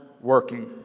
working